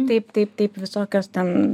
taip taip taip visokios ten